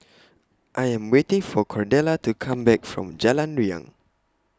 I Am waiting For Cordella to Come Back from Jalan Riang